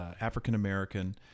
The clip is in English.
African-American